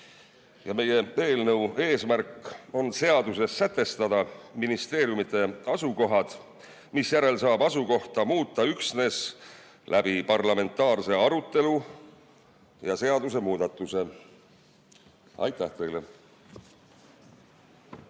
Meie eelnõu eesmärk on seaduses sätestada ministeeriumide asukohad, misjärel saab asukohta muuta üksnes parlamentaarse arutelu ja seadusemuudatusega. Aitäh teile!